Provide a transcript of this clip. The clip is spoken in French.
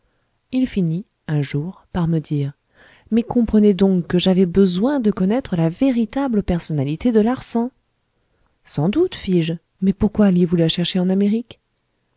il finit un jour par me dire mais comprenez donc que j'avais besoin de connaître la véritable personnalité de larsan sans doute fis-je mais pourquoi alliez-vous la chercher en amérique